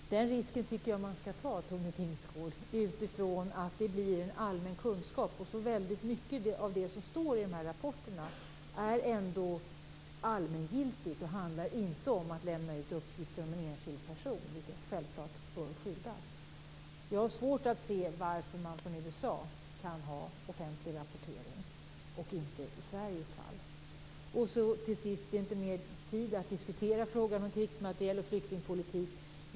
Herr talman! Den risken tycker jag att man skall ta, utifrån att det blir en allmän kunskap. Mycket av det som står i rapporterna är ändå allmängiltigt och handlar inte om att lämna ut uppgifter om en enskild person, vilka självfallet bör skyddas. Jag har svårt att se varför USA kan ha offentlig rapportering och inte Det finns inte mer tid att diskutera frågan om krigsmateriel och flyktingpolitik.